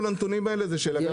כל הנתונים הללו הם של אגף הדיג.